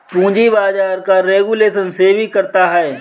पूंजी बाजार का रेगुलेशन सेबी करता है